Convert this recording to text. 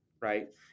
right